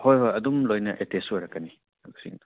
ꯍꯣꯏ ꯍꯣꯏ ꯑꯗꯨꯝ ꯂꯣꯏꯅ ꯑꯦꯇꯦꯁ ꯑꯣꯏꯔꯛꯀꯅꯤ ꯑꯗꯨꯁꯤꯡꯗꯣ